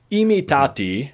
imitati